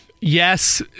Yes